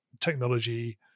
technology